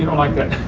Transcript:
you know like that.